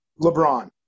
LeBron